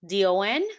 Don